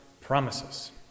promises